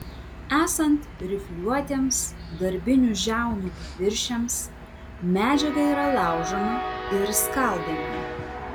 esant rifliuotiems darbinių žiaunų paviršiams medžiaga yra laužoma ir skaldoma